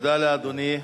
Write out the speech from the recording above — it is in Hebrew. תודה לאדוני.